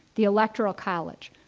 the electoral college,